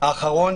האחרון